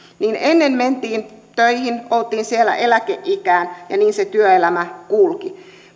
niin ennen mentiin töihin oltiin siellä eläkeikään ja niin se työelämä kulki